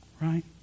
Right